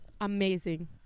Amazing